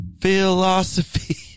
philosophy